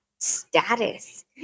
status